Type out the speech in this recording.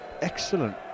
excellent